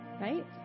right